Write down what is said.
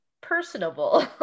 personable